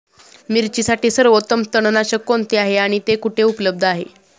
मिरचीसाठी सर्वोत्तम तणनाशक कोणते आहे आणि ते कुठे उपलब्ध आहे?